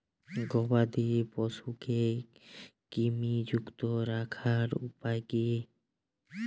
গবাদি পশুকে কৃমিমুক্ত রাখার উপায় কী?